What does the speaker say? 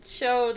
show